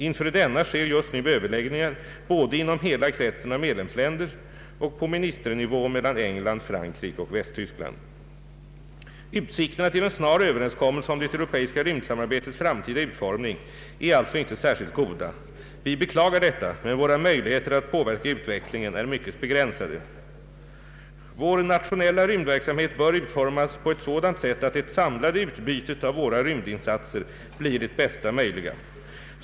Inför denna sker just nu överläggningar både inom hela kretsen av medlemsländer och på ministernivå mellan England, Frankrike och Västtyskland. Utsikterna till en snar överenskommelse om det europeiska rymdsamarbetets framtida utformning är alltså inte särskilt goda. Vi beklagar detta, men våra möjligheter att påverka utvecklingen är mycket begränsade. Vår nationella rymdverksamhet bör utformas på ett sådant sätt att det samlade utbytet av våra rymdinsatser blir det bästa möjliga.